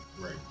Right